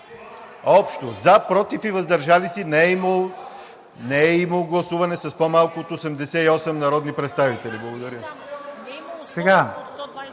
Общо „за“, „против“ и „въздържали се“ не е имало гласуване с по-малко от 88 народни представители. Благодаря.